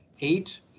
Eight